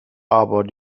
aber